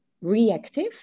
reactive